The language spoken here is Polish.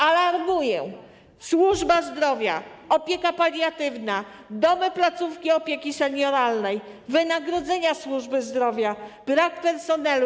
Alarmuję: służba zdrowia, opieka paliatywna, domy, placówki opieki senioralnej, wynagrodzenia służby zdrowia, brak personelu.